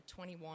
21